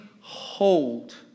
hold